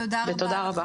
תודה רבה.